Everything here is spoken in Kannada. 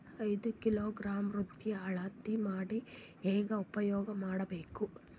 ಐದು ಕಿಲೋಗ್ರಾಂ ಖಾದ್ಯ ಅಳತಿ ಮಾಡಿ ಹೇಂಗ ಉಪಯೋಗ ಮಾಡಬೇಕು?